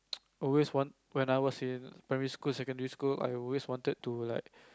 always want when I was in primary school secondary school I always wanted to like